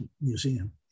Museum